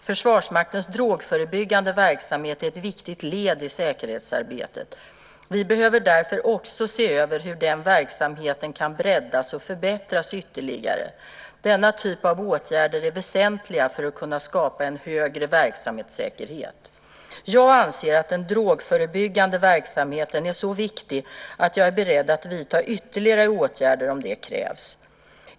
Försvarsmaktens drogförebyggande verksamhet är ett viktigt led i säkerhetsarbetet. Vi behöver därför också se över hur den verksamheten kan breddas och förbättras ytterligare. Denna typ av åtgärder är väsentliga för att kunna skapa en högre verksamhetssäkerhet. Jag anser att den drogförebyggande verksamheten är så viktig att jag är beredd att vidta ytterligare åtgärder om det krävs.